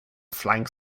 flank